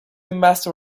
master